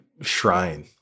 shrine